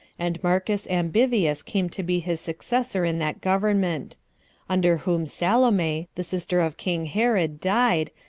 and marcus ambivius came to be his successor in that government under whom salome, the sister of king herod, died,